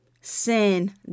sin